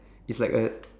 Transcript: it's like a